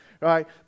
right